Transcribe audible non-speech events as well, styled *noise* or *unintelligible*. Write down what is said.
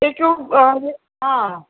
*unintelligible*